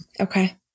Okay